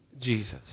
Jesus